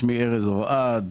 שמי ארז אורעד,